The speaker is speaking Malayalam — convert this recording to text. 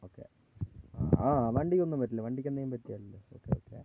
ഓക്കേ ആ വണ്ടിക്കൊന്നും പറ്റില്ല വണ്ടിക്കെന്തെങ്കിലും പറ്റിയാലല്ലേ ഒക്കെ ഒക്കെ